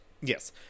Yes